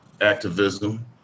activism